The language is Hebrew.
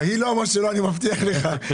לא, היא לא אמרה שלא, אני מבטיח לך.